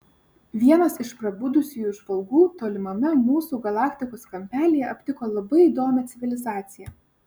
vienas iš prabudusiųjų žvalgų tolimame mūsų galaktikos kampelyje aptiko labai įdomią civilizaciją